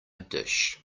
dish